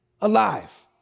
alive